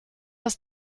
das